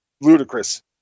ludicrous